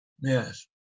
Yes